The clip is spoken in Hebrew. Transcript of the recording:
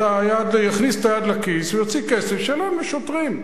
שיכניס את היד לכיס ויוציא כסף וישלם לשוטרים.